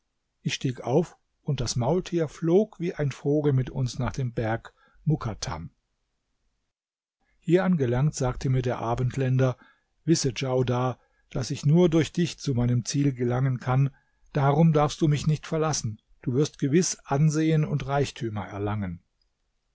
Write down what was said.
ich stieg auf und das maultier flog wie ein vogel mit uns nach dem berg mukattam hier angelangt sagte mir der abendländer wisse djaudar daß ich nur durch dich zu meinem ziel gelangen kann darum darfst du mich nicht verlassen du wirst gewiß ansehen und reichtümer erlangen